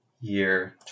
year